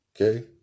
Okay